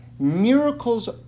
Miracles